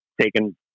taken